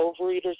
Overeaters